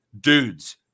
dudes